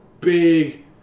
big